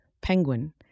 Penguin